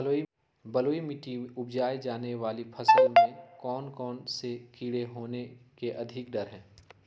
बलुई मिट्टी में उपजाय जाने वाली फसल में कौन कौन से कीड़े होने के अधिक डर हैं?